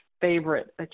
favorite